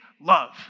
love